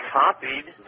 copied